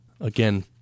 again